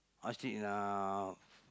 I sleep enough